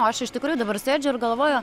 o aš iš tikrųjų dabar sėdžiu ir galvoju